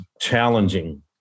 challenging